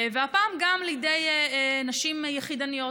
והפעם גם נשים יחידניות,